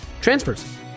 transfers